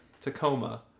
Tacoma